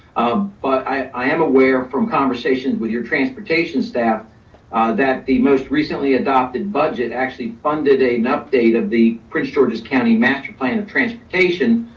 but i am aware from conversations with your transportation staff that the most recently adopted budget actually funded an update of the prince george's county master plan of transportation,